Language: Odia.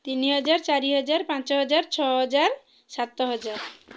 ତିନିହଜାର ଚାରି ହଜାର ପାଞ୍ଚ ହଜାର ଛଅ ହଜାର ସାତ ହଜାର